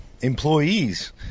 employees